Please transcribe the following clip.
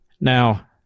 Now